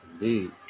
Indeed